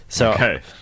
Okay